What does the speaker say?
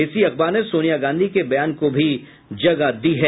इसी अखबार ने सोनिया गांधी के बयान को भी जगह दी है